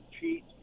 cheat